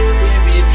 baby